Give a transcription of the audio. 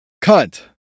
cunt